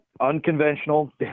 unconventional